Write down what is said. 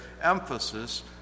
emphasis